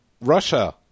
Russia